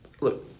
look